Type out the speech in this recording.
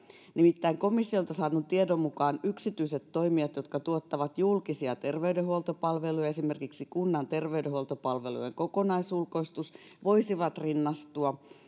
nimittäin komissiolta saadun tiedon mukaan yksityiset toimijat jotka tuottavat julkisia terveydenhuoltopalveluja esimerkiksi kunnan terveydenhuoltopalvelujen kokonaisulkoistusta voisivat rinnastua